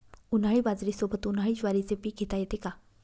उन्हाळी बाजरीसोबत, उन्हाळी ज्वारीचे पीक घेता येते का?